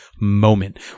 moment